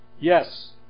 yes